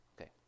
Okay